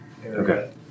Okay